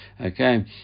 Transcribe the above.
Okay